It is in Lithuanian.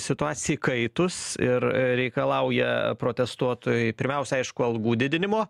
situacija įkaitus ir reikalauja protestuotojai pirmiausia aišku algų didinimo